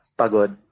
pagod